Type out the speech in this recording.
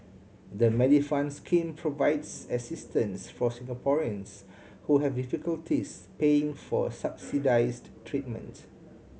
the Medifund scheme provides assistance for Singaporeans who have difficulties paying for subsidized treatment